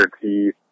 teeth